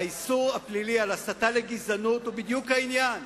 האיסור הפלילי של הסתה לגזענות הוא בדיוק העניין.